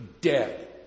dead